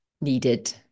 needed